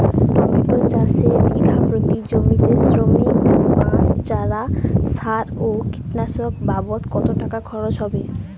Tomato চাষে বিঘা প্রতি জমিতে শ্রমিক, বাঁশ, চারা, সার ও কীটনাশক বাবদ কত টাকা খরচ হয়?